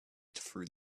through